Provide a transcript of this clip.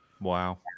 Wow